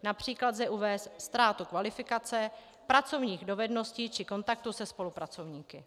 Například lze uvést ztrátu kvalifikace, pracovních dovedností či kontaktu se spolupracovníky.